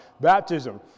baptism